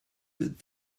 good